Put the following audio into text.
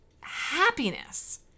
happiness